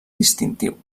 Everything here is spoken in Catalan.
distintiu